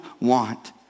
want